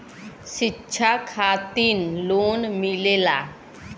शिक्षा खातिन लोन मिलेला?